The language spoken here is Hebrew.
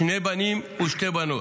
שני בנים ושתי בנות.